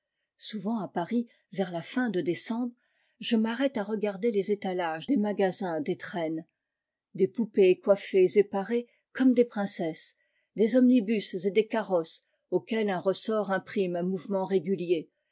souvent à paris vers la fin de décembre je m'arrête à regarder les étalages des magasins d'élrcn l'arbre de noël t nés des poupées coiffées et parées comme acs princesses des omnibus et des carrosses auxquels un ressort imprime un mouvement régulier